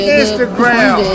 instagram